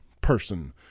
person